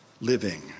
living